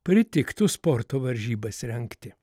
pritiktų sporto varžybas rengti